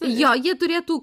jo jie turėtų